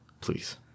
Please